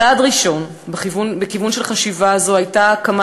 צעד ראשון בכיוון של חשיבה זו היה ההקמה